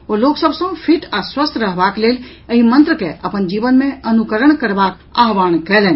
ओ लोक सभ सँ फिट आ स्वस्थ रहबाक लेल एहि मंत्र के अपन जीवन मे अनुकरण करबाक आह्वान कयलनि